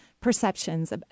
perceptions